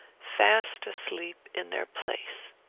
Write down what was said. fast asleep, in their place.